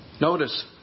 Notice